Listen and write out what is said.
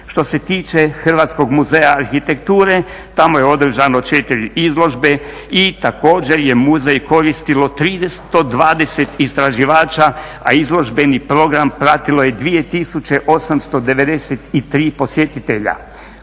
Što se tiče Hrvatskog muzeja arhitekture tamo je održano 4 izložbe i također je Muzej koristilo 320 istraživača a izložbeni program pratilo je 2893 posjetitelja.